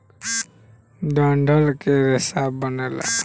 डंठल के रेसा बनेला